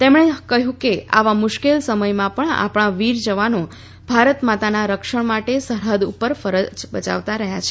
તેમણે કહ્યું કે આવા મુશ્કેલ સમયમાં પણ આપણા વીર જવાનો ભારતમાતાના રક્ષણ માટે સરહૃદ ઉપર ફરજ બજાવી રહ્યા છે